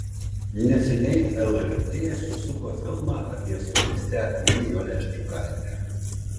neseniai lrt susuko filmą apie solistę nijolę ščiukaitę